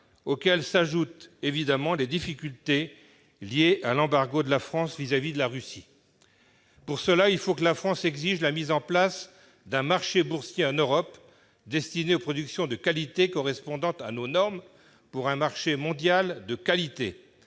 le bas. S'y ajoutent évidemment les difficultés liées à l'embargo de la France vis-à-vis de la Russie. Pour cela, il faut que la France exige la mise en place en Europe d'un marché boursier destiné aux productions de qualité correspondant à nos normes, pour un marché mondial de qualité.